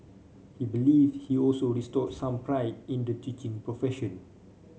he believe he also restored some pride in the teaching profession